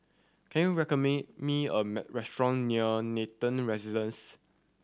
can you me a restaurant near Nathan Residences